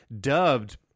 dubbed